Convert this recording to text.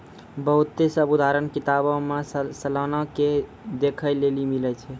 बहुते सभ उदाहरण किताबो मे सलाना के देखै लेली मिलै छै